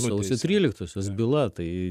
sausio tryliktosios byla tai